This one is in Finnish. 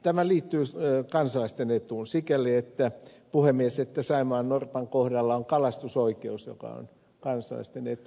tämä liittyy kansalaisten etuun sikäli puhemies että saimaannorpan kohdalla on kalastusoikeus joka on kansalaisten etu